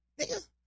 nigga